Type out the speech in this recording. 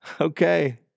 Okay